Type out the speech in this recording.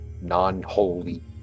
non-holy